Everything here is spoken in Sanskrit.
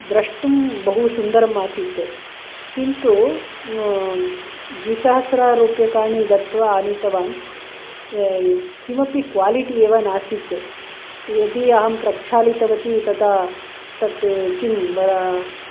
द्रष्टुं बहुसुन्दरम् आसीत् किन्तु द्विसहस्ररूप्यकाणि दत्वा आनीतवान् किमपि क्वालिटी एव नासीत् यदि अहं प्रक्षालितवती तदा तत् किं